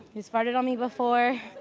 he's farted on me before.